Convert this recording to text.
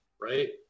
right